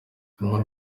inkuru